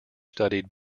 studied